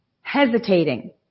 hesitating